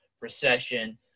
recession